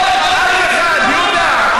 אף אחד, יהודה.